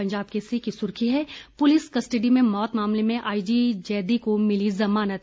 पंजाब केसरी की सुर्खी है पुलिस कस्टडी में मौत मामले में आईजी जैदी को मिली जमानत